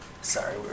Sorry